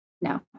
no